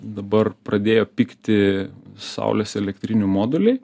dabar pradėjo pigti saulės elektrinių moduliai